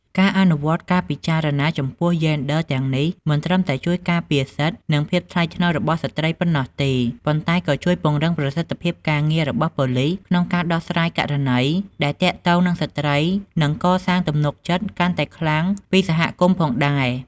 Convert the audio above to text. ការអនុវត្តការពិចារណាចំពោះយេនឌ័រទាំងនេះ មិនត្រឹមតែជួយការពារសិទ្ធិ និងភាពថ្លៃថ្នូររបស់ស្ត្រីប៉ុណ្ណោះទេ ប៉ុន្តែក៏ជួយពង្រឹងប្រសិទ្ធភាពការងាររបស់ប៉ូលិសក្នុងការដោះស្រាយករណីដែលទាក់ទងនឹងស្ត្រី និងកសាងទំនុកចិត្តកាន់តែខ្លាំងពីសហគមន៍ផងដែរ។